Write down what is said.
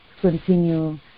continue